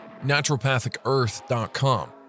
naturopathicearth.com